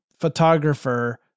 photographer